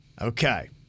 Okay